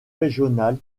régionale